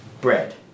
bread